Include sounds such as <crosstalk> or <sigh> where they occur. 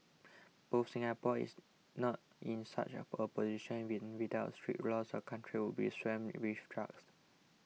<unintelligible> Singapore is not in such a <unintelligible> position <unintelligible> without its strict laws the country would be swamped with <unintelligible>